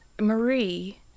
Marie